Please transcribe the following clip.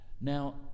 Now